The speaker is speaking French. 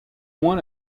moins